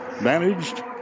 managed